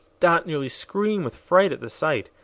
dot nearly screamed with fright at the sight.